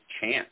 Chance